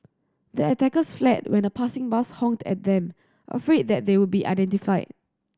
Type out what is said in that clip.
the attackers fled when a passing bus honked at them afraid that they would be identified